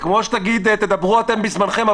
זה כמו שתגיד: תדברו אתם בזמנכם,